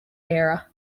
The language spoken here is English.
era